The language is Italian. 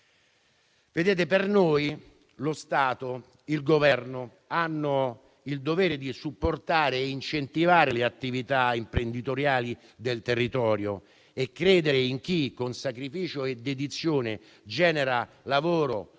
Per noi lo Stato e il Governo hanno il dovere di supportare e incentivare le attività imprenditoriali del territorio e credere in chi, con sacrificio e dedizione, genera lavoro